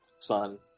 son